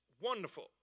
wonderful